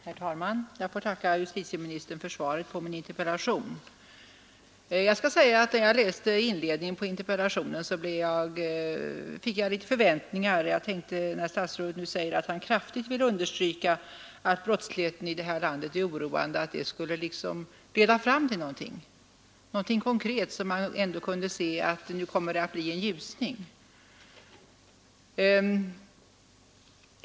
Herr talman! Jag får tacka justitieministern för svaret på min interpellation. När jag läste inledningen till detta svar, fick jag vissa förväntningar. Jag tänkte att när statsrådet nu säger att han kraftigt vill understryka att brottsligheten i det här landet är oroande, skulle detta leda fram till något konkret så att man ändå kunde se att nu kommer det att bli en ljusning.